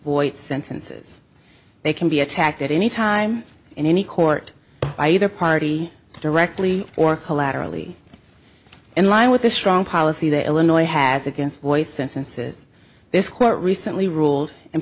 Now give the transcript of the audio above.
voigt sentences they can be attacked at any time in any court by either party directly or collaterally in line with the strong policy the illinois has against voice sentences this court recently ruled and